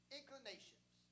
inclinations